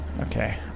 Okay